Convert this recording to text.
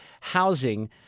Housing